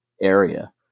area